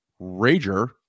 rager